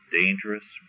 dangerous